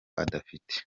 adafite